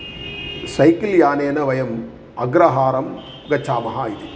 cycle यानेन वयम् अग्रहारं गच्छामः इति